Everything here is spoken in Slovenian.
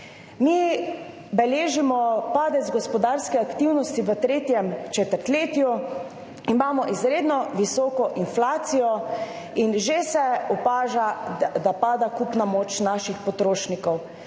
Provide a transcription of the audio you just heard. Mi beležimo padec gospodarske aktivnosti v tretjem četrtletju, imamo izredno visoko inflacijo in že se opaža, da pada kupna moč naših potrošnikov.